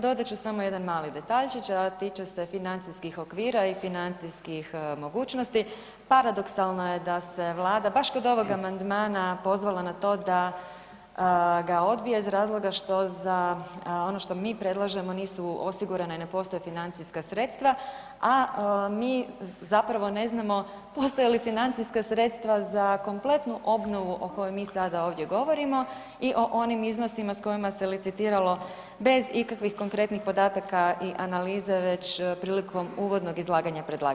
Dodat ću samo jedan mali detaljčić, a tiče se financijskih okvira i financijskih mogućnosti, paradoksalno je da Vlada baš kod ovog amandmana pozvala na to da ga odbije iz razloga što za ono što mi predlažemo nisu osigurane i ne postoje financijska sredstva, a mi ne znamo postoje li financijska sredstva za kompletnu obnovu o kojoj mi sada ovdje govorimo i o onim iznosima s kojima se licitiralo bez ikakvih konkretnih podataka i analize već prilikom uvodnog izlaganja predlagatelja.